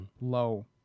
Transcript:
low